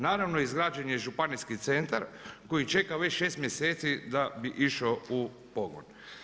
Naravno, izgrađen je županijski centar, koji čeka već 6 mjeseci da bi išao u pogon.